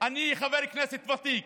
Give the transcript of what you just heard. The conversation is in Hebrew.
אני חבר כנסת ותיק,